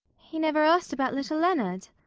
he never asked about little leonard.